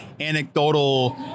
anecdotal